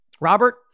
Robert